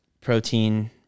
protein